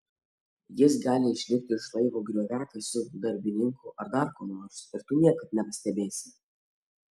jis gali išlipti iš laivo grioviakasiu darbininku ar dar kuo nors ir tu niekad nepastebėsi